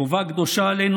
חובה קדושה עלינו,